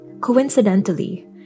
Coincidentally